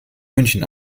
münchen